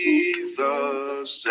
Jesus